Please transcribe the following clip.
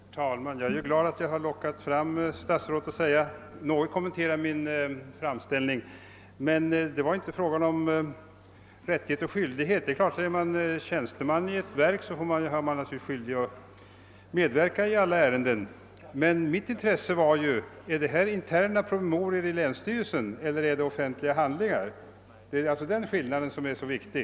Herr talman! Jag är glad över att jag kunde locka statsrådet att något kommentera min framställning. Det är emellertid inte en fråga om rättighet och skyldighet. Är man tjänsteman i ett verk så är man naturligtvis skyldig att medverka i alla ärenden. Men min fråga var: Är detta interna promemorior i länsstyrelsen eller är det offentliga handlingar? Det är den definitionen som är så viktig.